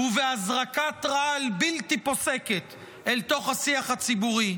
ובהזרקת רעל בלתי פוסקת אל תוך השיח הציבורי.